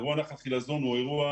אירוע נחל חילזון הוא אירוע,